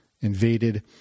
invaded